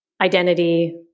identity